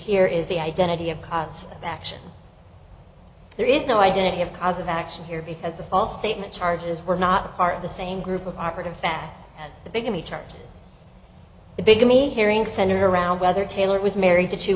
here is the identity of cause action there is no identity of cause of action here because the false statement charges were not part of the same group of operative facts that they can be charged the bigamy hearing centered around whether taylor was married to two